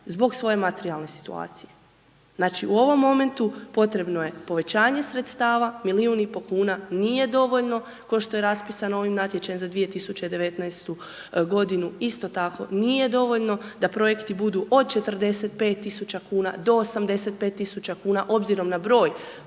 zbog svoje materijalne situacije. Znači, u ovom momentu potrebno je povećanje sredstava milijun i po kuna nije dovoljno, kao što je raspisano ovim natječajem za 2019.g. Isto tako, nije dovoljno da projekti budu od 45.000,00 kn do 85.000,00 kn obzirom na broj